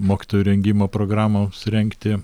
mokytojų rengimo programoms rengti